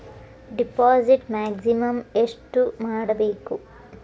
Deposit maximum ಎಷ್ಟು ಮಾಡಬೇಕು?